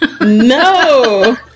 No